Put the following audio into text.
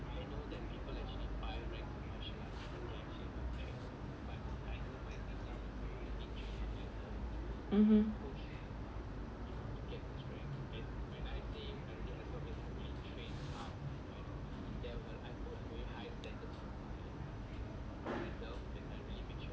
mmhmm